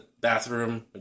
bathroom